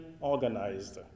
organized